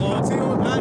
תוציאו אותו בבקשה.